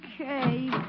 Okay